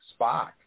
Spock